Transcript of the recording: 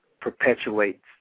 perpetuates